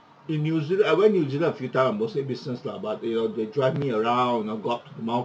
in new zealand I went new zealand a few time are mostly business lah but they will they drive me around you know go up mountain